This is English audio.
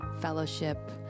Fellowship